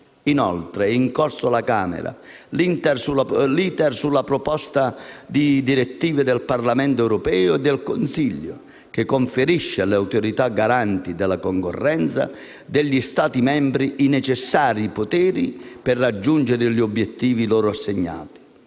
Inoltre, è in corso alla Camera l'*iter* sulla proposta di direttiva del Parlamento europeo e del Consiglio, che conferisce alle Autorità garanti della concorrenza degli Stati membri i necessari poteri per raggiungere gli obiettivi loro assegnati.